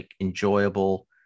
enjoyable